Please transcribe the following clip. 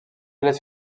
les